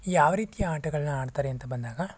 ಯಾವ ರೀತಿಯ ಆಟಗಳನ್ನ ಆಡ್ತಾರೆ ಅಂತ ಬಂದಾಗ